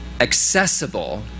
accessible